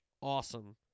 awesome